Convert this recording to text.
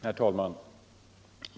Herr talman!